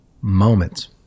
MOMENTS